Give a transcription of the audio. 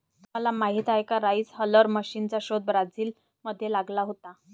तुम्हाला माहीत आहे का राइस हलर मशीनचा शोध ब्राझील मध्ये लागला होता